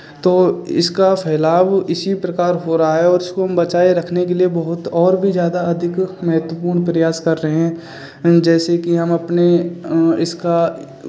तो इसका फैलाव इसी प्रकार हो रहा है और इसको हम बचाए रखने के लिए बहुत और भी ज़्यादा अधिक महत्वपूर्ण प्रयास कर रहे हैं जैसे कि हम अपने इसका